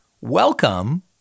welcome